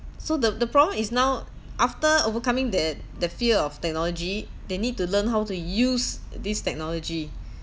so the the problem is now after overcoming that that fear of technology they need to learn how to use this technology